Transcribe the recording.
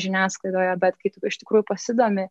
žiniasklaidoje bet kai tu iš tikrųjų pasidomi